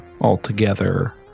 altogether